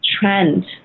trend